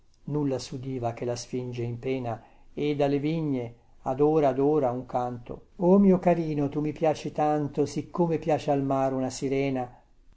nulla sudiva che la sfinge in pena e dalle vigne ad ora ad ora un canto o mio carino tu mi piaci tanto siccome piace al mar una sirena